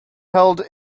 held